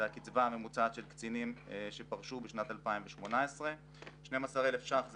הקצבה הממוצעת של קצינים שפרשו בשנת 2018. 12,000 ש"ח זה